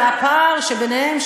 והפער שביניהם,